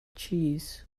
cheese